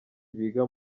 biga